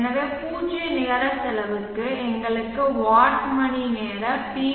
எனவே பூஜ்ஜிய நிகர செலவுக்கு எங்களுக்கு வாட் மணி பி